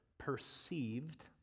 perceived